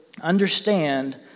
understand